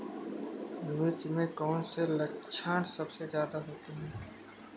मिर्च में कौन से लक्षण सबसे ज्यादा होते हैं?